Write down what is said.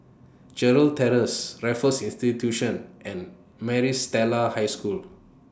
Gerald Terrace Raffles Institution and Maris Stella High School